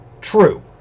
True